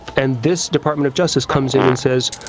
and this department of justice comes in and says,